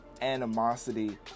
animosity